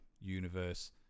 universe